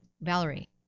Valerie